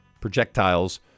projectiles